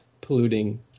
polluting